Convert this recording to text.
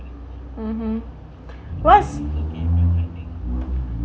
(uh huh) what's